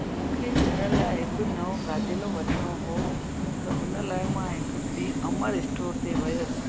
मूंखे घर लाइ हिकु नओं गादेलो वठिणो हुओ त हुन लाइ मां हिकिड़े ॾींहुं अमर स्टोर ते वियसि